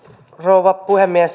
rouva puhemies